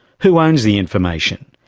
who owns the information?